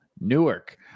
Newark